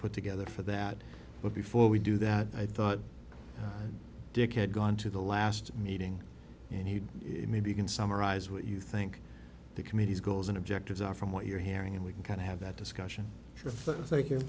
put together for that but before we do that i thought dick had gone to the last meeting and he maybe you can summarize what you think the committee's goals and objectives are from what you're hearing and we've got to have that discussion